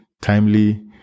timely